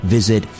Visit